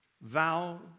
vow